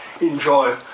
enjoy